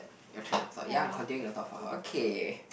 your train of thought ya I'm continuing your thought for her okay